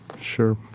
Sure